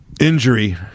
injury